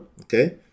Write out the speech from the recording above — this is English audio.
okay